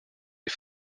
des